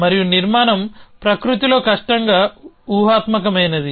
మరియు నిర్మాణం ప్రకృతిలో కష్టంగా ఊహాత్మకమైనది